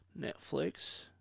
Netflix